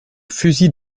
fusil